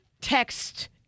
text